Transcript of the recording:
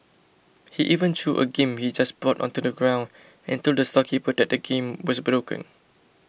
he even threw a game he just bought onto the ground and told the storekeeper that the game was broken